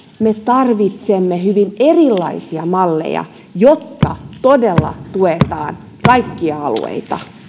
me tarvitsemme hyvin erilaisia malleja jotta todella tuetaan kaikkia alueita